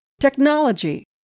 technology